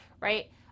Right